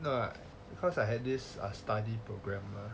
no because I had this err study program